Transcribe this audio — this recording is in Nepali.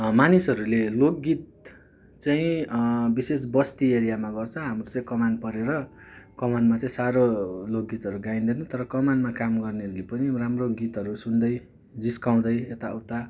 मानिसहरूले लोकगीत चाहिँ विशेष बस्ती एरियामा गर्छ हाम्रो चाहिँ कमान परेर कमानमा चाहिँ साह्रो लोकगीतहरू गाइँदैन तर कमानमा काम गर्नेहरूले पनि राम्रो गीतहरू सुन्दै जिस्काउँदै यताउता